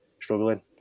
struggling